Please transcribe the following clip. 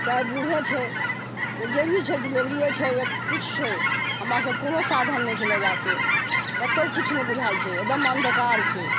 चाहे बूढ़े छै या जे भी छै डिलेवरिये छै या किछु छै हमरा सबके कोनो साधन नहि छै लअ जाइके कतौ किछु नहि बुझाइ छै एगदम अन्धकार छै